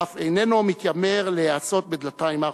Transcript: ואף איננו מתיימר להיעשות בדלתיים האחוריות.